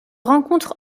rencontre